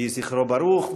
יהי זכרו ברוך.